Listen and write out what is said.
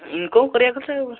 income କରିବା କଥା ଆଉ